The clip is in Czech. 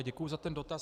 Děkuji za ten dotaz.